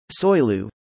soilu